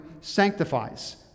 sanctifies